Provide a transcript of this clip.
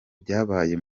byabaye